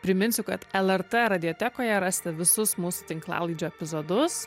priminsiu kad lrt radijotekoje rasite visus mūsų tinklalaidžių epizodus